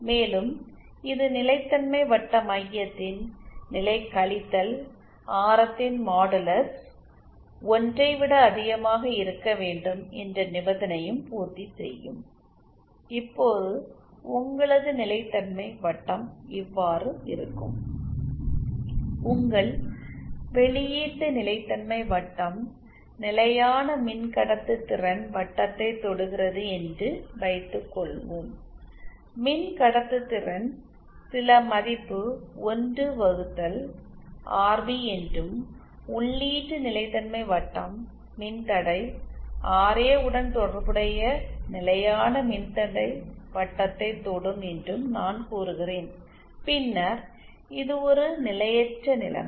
மேலும் இது நிலைத்தன்மை வட்ட மையத்தின் நிலை கழித்தல் ஆரத்தின் மாடுலஸ் ஒன்றை விட அதிகமாக இருக்க வேண்டும் என்ற நிபந்தனையை பூர்த்தி செய்யும் இப்போது உங்களது நிலைத்தன்மை வட்டம் இவ்வாறு இருக்கும் உங்கள் வெளியீட்டு நிலைத்தன்மை வட்டம் நிலையான மின்கடத்துதிறன் வட்டத்தைத் தொடுகிறது என்று வைத்துக்கொள்வோம் மின்கடத்துதிறன் சில மதிப்பு 1 வகுத்தல் ஆர்பி என்றும் உள்ளீட்டு நிலைத்தன்மை வட்டம் மின்தடை ஆர்எ உடன் தொடர்புடைய நிலையான மின்தடை வட்டத்தைத் தொடும் என்றும் நான் கூறுகிறேன் பின்னர் இது ஒரு நிலையற்ற நிலைமை